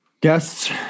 guests